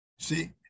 See